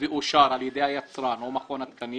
ואושר על ידי מכון התקנים